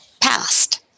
past